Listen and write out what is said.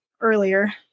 Earlier